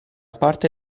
parte